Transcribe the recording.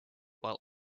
while